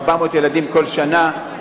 400 ילדים כל שנה.